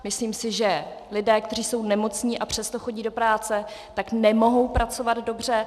Myslím si, že lidé, kteří jsou nemocní, a přesto chodí do práce, nemohou pracovat dobře.